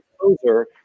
composer